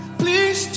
please